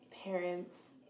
parents